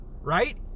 right